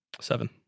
Seven